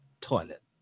toilet